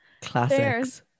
classics